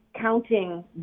counting